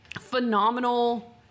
phenomenal